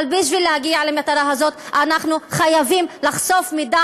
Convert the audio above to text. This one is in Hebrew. אבל בשביל להגיע למטרה הזאת אנחנו חייבים לחשוף מידע